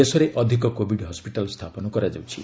ଦେଶରେ ଅଧିକ covid hospital ସ୍ଥାପନ କରାଯାଉଛି